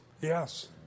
Yes